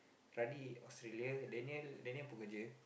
Australia Danial Daniel pun kerja